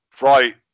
Right